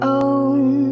own